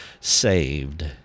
saved